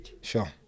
sure